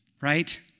right